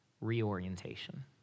reorientation